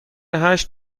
هشت